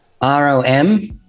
R-O-M